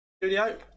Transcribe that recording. Studio